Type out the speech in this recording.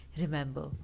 Remember